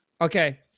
Okay